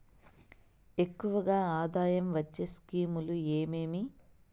ఎక్కువగా ఆదాయం వచ్చే స్కీమ్ లు ఏమేమీ?